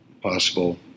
possible